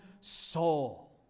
soul